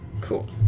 Cool